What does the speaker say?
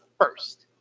first